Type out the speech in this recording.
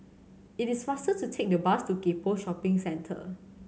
it is faster to take the bus to Gek Poh Shopping Centre